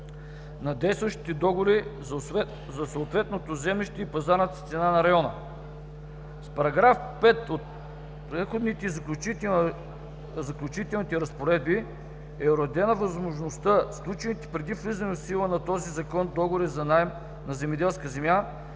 на действащите договори за съответното землище и пазарната цена на района. В § 5 от Преходните и заключителните разпоредби е уредена възможността сключените преди влизането в сила на този Закон договори за наем на земеделска земя